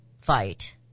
fight